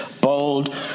bold